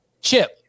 Chip